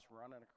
running